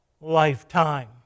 lifetime